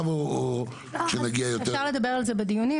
או כשנגיע יותר --- אפשר לדבר על זה בדיוניים,